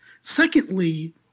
Secondly